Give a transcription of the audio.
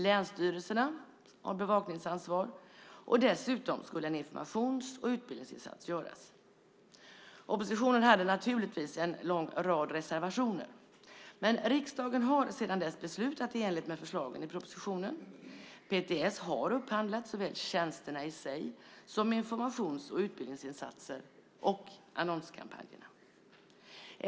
Länsstyrelserna har bevakningsansvar. Dessutom skulle en informations och utbildningsinsats göras. Oppositionen hade naturligtvis en lång rad reservationer. Men riksdagen har sedan dess beslutat i enlighet med förslagen i propositionen. PTS har upphandlat såväl tjänsterna i sig som informations och utbildningsinsatser och annonskampanjer.